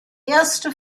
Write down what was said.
erste